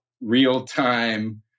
real-time